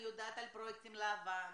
אני יודעת על הפרויקט עם להב"ה,